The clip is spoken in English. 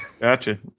Gotcha